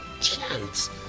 chance